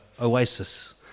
oasis